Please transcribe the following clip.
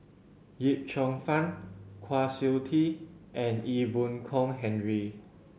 Yip Cheong Fun Kwa Siew Tee and Ee Boon Kong Henry